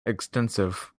extensive